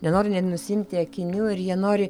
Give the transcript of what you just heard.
nenori net nusiimti akinių ir jie nori